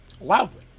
Loudly